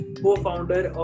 co-founder